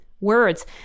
words